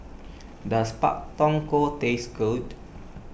does Pak Thong Ko taste good